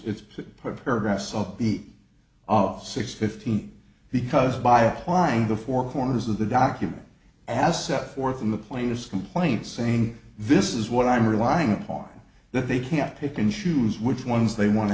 be of six fifteen because by applying the four corners of the document as set forth in the plaintiff's complaint saying this is what i'm relying upon that they can't pick and choose which ones they want to